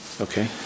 Okay